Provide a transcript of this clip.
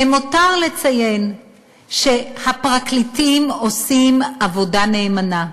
למותר לציין שהפרקליטים עושים עבודה נאמנה,